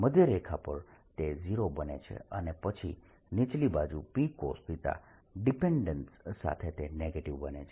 મધ્યરેખા પર તે 0 બને છે અને પછી નીચલી બાજુ Pcos ડિપેન્ડેન્સ સાથે તે નેગેટીવ બને છે